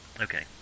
Okay